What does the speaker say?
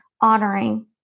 honoring